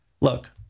Look